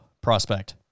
prospect